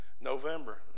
November